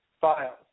files